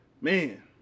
Man